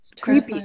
creepy